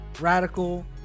Radical